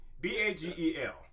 B-A-G-E-L